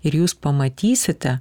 ir jūs pamatysite